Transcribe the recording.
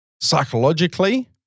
psychologically